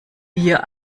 wir